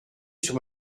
sur